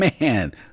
Man